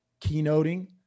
keynoting